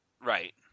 right